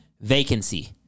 vacancy